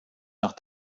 nach